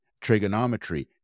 trigonometry